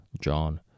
John